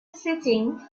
stitching